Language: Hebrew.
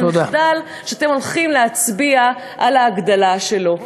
על מחדל שאתם הולכים להצביע על ההגדלה שלו.